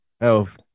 Health